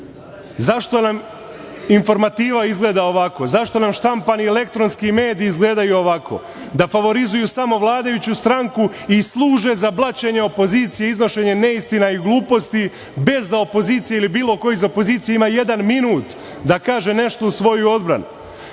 Zašto nam informativa izgleda ovako, zašto nam štampani, elektronski mediji izgledaju ovako, da favorizuju samo vladajuću stranku i služe za blaćenje opozicije i iznošenje neistina i gluposti, bez da opozicija ili bilo ko iz opozicije ima jedan minut da kaže nešto u svoju odbranu? Za